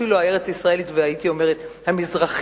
ואפילו הארץ-ישראלית והייתי אומרת המזרחית.